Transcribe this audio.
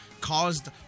caused